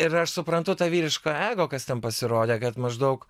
ir aš suprantu tą vyrišką ego kas ten pasirodė kad maždaug